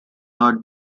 not